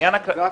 יש כאן